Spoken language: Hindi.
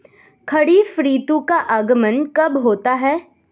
खरीफ ऋतु का आगमन कब होता है?